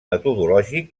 metodològic